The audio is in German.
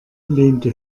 lehnte